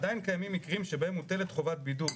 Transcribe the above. עדיין קיימים מקרים שבהם מוטלת חובת בידוד".